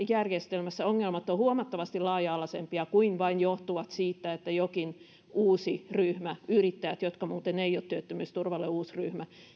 järjestelmässä ongelmat ovat huomattavasti laaja alaisempia eivätkä johdu vain siitä että jokin uusi ryhmä yrittäjät jotka muuten eivät ole työttömyysturvalle uusi ryhmä